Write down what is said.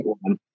one